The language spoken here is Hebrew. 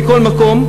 מכל מקום,